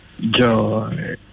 Joy